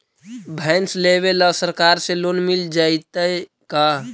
भैंस लेबे ल सरकार से लोन मिल जइतै का?